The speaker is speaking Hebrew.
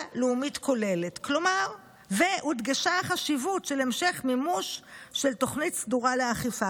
לאומית כוללת" והודגשה החשיבות של המשך מימוש של תוכנית סדורה לאכיפה.